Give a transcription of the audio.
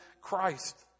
Christ